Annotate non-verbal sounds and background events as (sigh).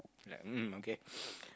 like mm okay (breath)